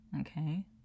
okay